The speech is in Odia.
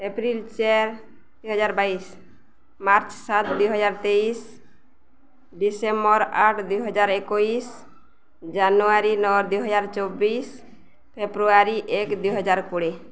ଏପ୍ରିଲ ଚାରି ଦୁଇ ହଜାର ବାଇଶ ମାର୍ଚ୍ଚ୍ ସାତ ଦୁଇ ହଜାର ତେଇଶି ଡିସେମ୍ୱର ଆଠ ଦୁଇ ହଜାର ଏକୋଇଶ ଜାନୁଆରୀ ନଅ ଦୁଇ ହଜାର ଚବିଶ ଫେବୃଆରୀ ଏକ ଦୁଇ ହଜାର କୋଡ଼ିଏ